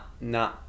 nah